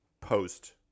post